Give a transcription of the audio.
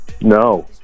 No